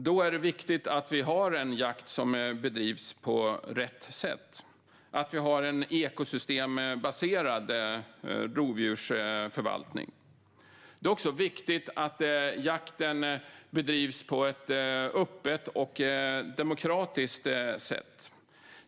Då är det viktigt att vi har en jakt som bedrivs på rätt sätt och att vi har en ekosystembaserad rovdjursförvaltning. Det är också viktigt att jakten bedrivs på ett öppet och demokratiskt sätt.